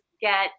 Get